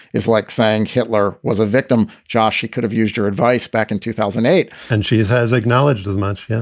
it's like saying hitler was a victim. joshie could have used her advice back in two thousand and eight, and she has has acknowledged as much. yeah